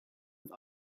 with